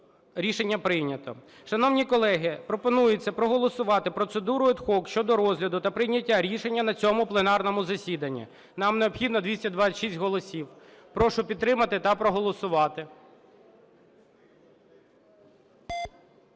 Рішення прийнято. Шановні колеги, пропонується проголосувати процедурою ad hoc щодо розгляду та прийняття рішення на цьому пленарному засіданні. Нам необхідно 226 голосів. Прошу підтримати та проголосувати.